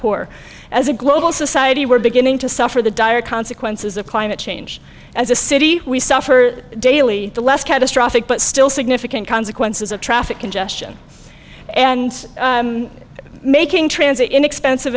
poor as a global society we're beginning to suffer the dire consequences of climate change as a city we suffer daily the less catastrophic but still significant consequences of traffic congestion and making transit inexpensive